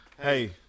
Hey